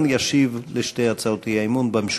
ישיב על שתי הצעות האי-אמון במשולב.